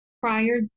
prior